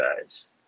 guys